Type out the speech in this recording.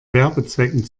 werbezwecken